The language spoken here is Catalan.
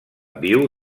viu